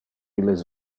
illes